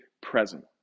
present